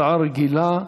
הצעה רגילה,